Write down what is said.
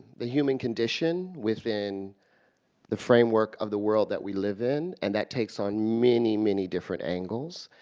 the human condition within the framework of the world that we live in and that takes on many many different angles.